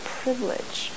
privilege